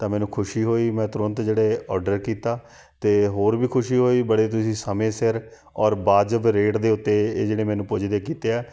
ਤਾਂ ਮੈਨੂੰ ਖੁਸ਼ੀ ਹੋਈ ਮੈਂ ਤੁਰੰਤ ਜਿਹੜੇ ਔਡਰ ਕੀਤਾ ਅਤੇ ਹੋਰ ਵੀ ਖੁਸ਼ੀ ਹੋਈ ਬੜੇ ਤੁਸੀਂ ਸਮੇਂ ਸਿਰ ਔਰ ਵਾਜਬ ਰੇਟ ਦੇ ਉੱਤੇ ਇਹ ਜਿਹੜੇ ਮੈਨੂੰ ਪੁੱਜਦੇ ਕੀਤੇ ਆ